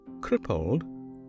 crippled